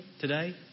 today